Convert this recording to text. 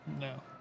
No